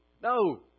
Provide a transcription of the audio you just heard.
No